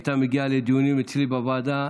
היא הייתה מגיעה לדיונים אצלי בוועדה,